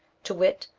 to wit,